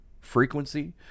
frequency